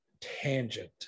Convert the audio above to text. tangent